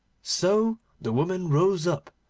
so the woman rose up,